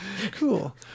Cool